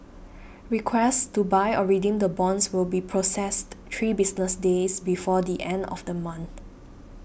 requests to buy or redeem the bonds will be processed three business days before the end of the month